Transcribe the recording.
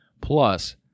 plus